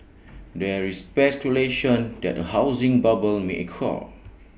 there is speculation that A housing bubble may occur